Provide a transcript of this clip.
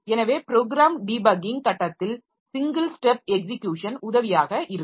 எனவே program debugging கட்டத்தில் single step execution உதவியாக இருக்கும்